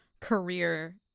career